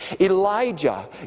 Elijah